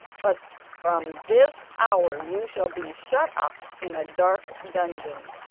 but from this hour you shall be shut up in a dark dungeon.